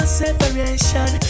separation